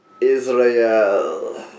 Israel